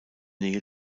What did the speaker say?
nähe